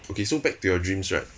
okay so back to your dreams right